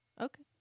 Okay